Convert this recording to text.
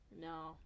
No